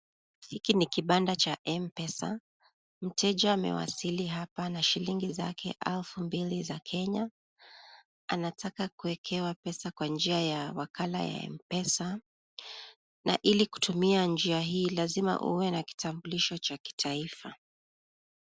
Hiki ni kibanda cha Mpesa. Mteja amewasili hapa na shilingi zake elfu mbili za Kenya. Anataka kuwekewa pesa kwa njia ya wakala ya Mpesa. Na ili kutumia njia hii, lazima uwe na kitambulisho cha kitaifa.